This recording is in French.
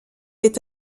est